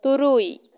ᱛᱩᱨᱩᱭ